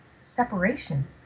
separation